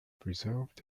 preserved